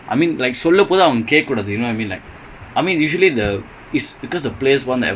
ya